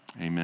Amen